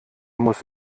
muss